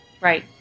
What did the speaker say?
Right